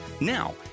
Now